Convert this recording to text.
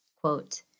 quote